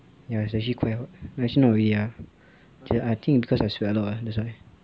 ya it's actually quite hot wait actually not really lah wait I think it's because I sweat a lot ah that's why